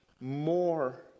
more